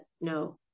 no